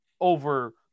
over